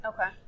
Okay